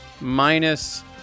minus